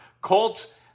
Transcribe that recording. Colts